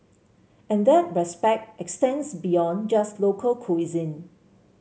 and that respect extends beyond just local cuisine